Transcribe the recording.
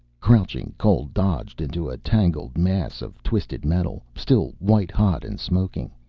crouching, cole dodged into a tangled mass of twisted metal, still white-hot and smoking.